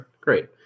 Great